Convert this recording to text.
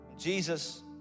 Jesus